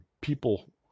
people